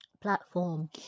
platform